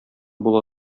була